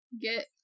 Get